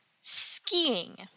skiing